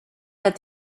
had